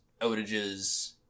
outages